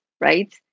right